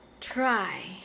try